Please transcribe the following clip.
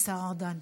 השר ארדן.